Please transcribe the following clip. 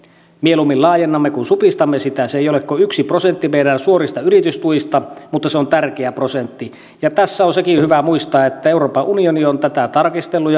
mieluummin laajennamme kuin supistamme sitä se ei ole kuin yksi prosentti meidän suorista yritystuista mutta se on tärkeä prosentti tässä on hyvä muistaa sekin että euroopan unioni on tätä tarkistellut